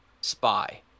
spy